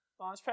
Launchpad